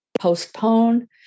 postpone